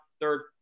third